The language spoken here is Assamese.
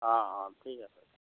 অঁ অঁ ঠিক আছে